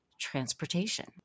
transportation